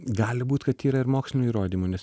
gali būt kad yra ir mokslinių įrodymų nes